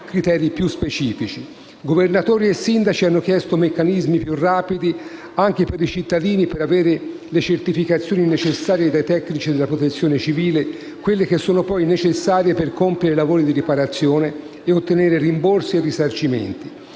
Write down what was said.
criteri. Governatori e sindaci hanno chiesto meccanismi più rapidi anche per i cittadini per avere le certificazioni necessarie dai tecnici della Protezione civile, quelle che sono poi necessarie per compiere i lavori di riparazione e ottenere rimborsi e risarcimenti.